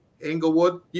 Inglewood